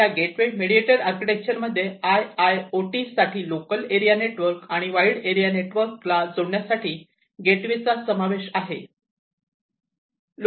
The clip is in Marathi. तर ह्या गेटवे मेडिएटेड आर्किटेक्चर मध्ये आय आयओटी साठी लोकल एरिया नेटवर्क आणि वाईड एरिया नेटवर्क ला जोडण्यासाठी गेटवे चा समावेश आहे